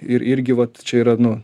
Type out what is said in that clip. ir irgi vat čia yra nu